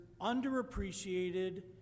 underappreciated